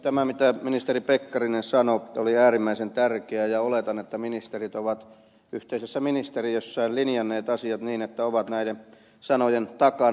tämä mitä ministeri pekkarinen sanoi oli äärimmäisen tärkeää ja oletan että ministerit ovat yhteisessä ministeriössään linjanneet asiat niin että ovat näiden sanojen takana